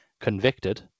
Convicted